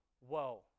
Whoa